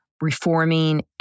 reforming